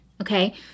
okay